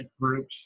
groups